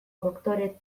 doktore